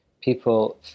people